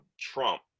Trump